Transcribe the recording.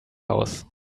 house